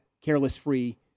careless-free